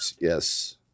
yes